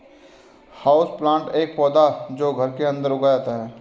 houseplant एक पौधा है जो घर के अंदर उगाया जाता है